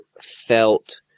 felt